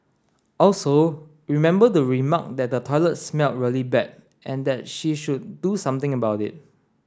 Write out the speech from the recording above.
also remember to remark that the toilet smelled really bad and that she should do something about it